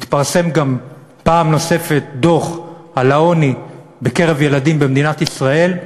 מתפרסם פעם נוספת דוח על העוני בקרב ילדים במדינת ישראל,